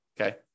okay